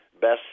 best